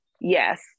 Yes